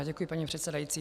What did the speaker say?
Děkuji, paní předsedající.